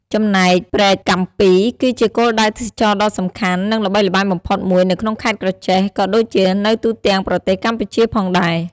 ចំណែកព្រែកកាំពី គឺជាគោលដៅទេសចរណ៍ដ៏សំខាន់ និងល្បីល្បាញបំផុតមួយនៅក្នុងខេត្តក្រចេះ ក៏ដូចជានៅទូទាំងប្រទេសកម្ពុជាផងដែរ ។